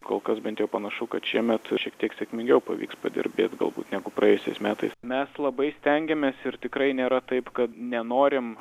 kol kas bent jau panašu kad šiemet šiek tiek sėkmingiau pavyks padirbėt galbūt negu praėjusiais metai mes labai stengiamės ir tikrai nėra taip kad nenorim